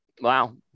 Wow